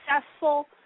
successful